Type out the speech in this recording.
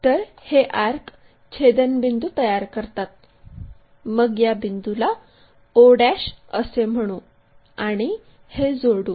तर हे आर्क छेदनबिंदू तयार करतात मग या बिंदूला o असे म्हणू आणि हे जोडू